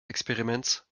experiments